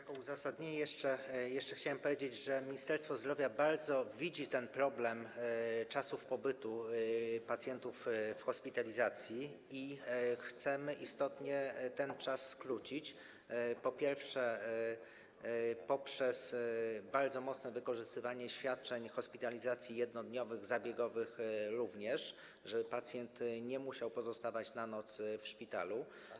Tytułem uzasadnienia jeszcze chciałem powiedzieć, że Ministerstwo Zdrowia bardzo wyraźnie widzi ten problem czasu pobytu pacjentów w hospitalizacji i chcemy istotnie ten czas skrócić poprzez bardzo mocne wykorzystywanie świadczeń hospitalizacji jednodniowych, zabiegowych również, tak żeby pacjent nie musiał pozostawać na noc w szpitalu.